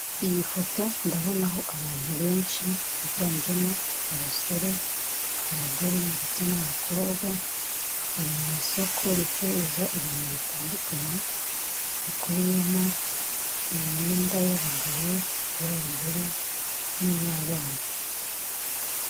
Iyi foto ndabona ho abantu benshi biganjemo abasore, abagore, ndetse n'abakobwa bari mu isoko ricuruza ibintu bitandukanye bikubiyemo imyenda y'abagabo iy'abagore n'iy'abana.